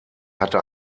hatte